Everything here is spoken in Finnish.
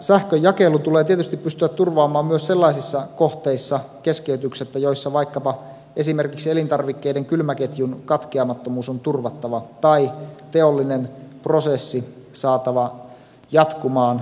sähkönjakelu tulee tietysti pystyä turvaamaan keskeytyksettä myös sellaisissa kohteissa joissa esimerkiksi elintarvikkeiden kylmäketjun katkeamattomuus on turvattava tai teollinen prosessi saatava jatkumaan katkeamatta